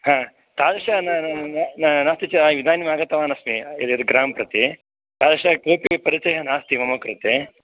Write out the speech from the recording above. ह तादृशं न न न नास्ति च इदानीम् आगतवान् अस्मि एतत् ग्रामं प्रति तादृशः कोऽपि परिचयः नास्ति मम कृते